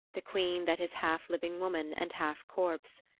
the queen that is half living woman and half corpse.